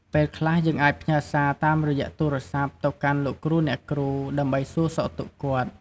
ពេលខ្លះយើងអាចផ្ញើរសាតាមរយៈទូរស័ព្ទទៅកាន់លោកគ្រូអ្នកគ្រូ ដើម្បីសួរសុខទុក្ខគាត់។